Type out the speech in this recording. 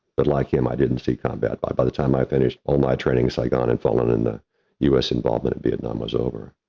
but like him i didn't see combat. by by the time i finished all my training saigon and fallen in the us involvement in vietnam was over,